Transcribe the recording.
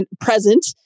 present